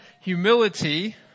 humility